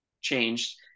changed